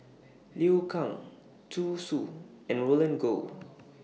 Liu Kang Zhu Xu and Roland Goh